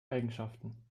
eigenschaften